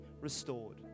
restored